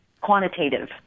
quantitative